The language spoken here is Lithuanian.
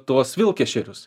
tuos vilkešerius